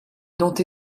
dont